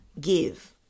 give